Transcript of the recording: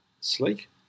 sleek